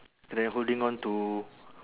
and then holding on to